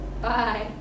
Bye